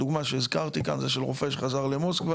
הדוגמא שהזכרתי כאן זה של רופא שחזר למוסקבה,